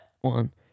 one